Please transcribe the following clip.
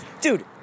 Dude